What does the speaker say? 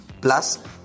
Plus